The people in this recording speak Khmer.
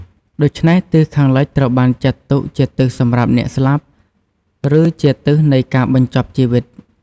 ដូច្នេះ ទិសខាងលិចត្រូវបានចាត់ទុកជាទិសសម្រាប់អ្នកស្លាប់ ឬជាទិសនៃការបញ្ចប់ជីវិត។